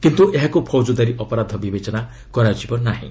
କିନ୍ତୁ ଏହାକୁ ଫୌଜଦାରୀ ଅପରାଧ ବିବେଚନା କରାଯିବ ନାହିଁ